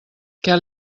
què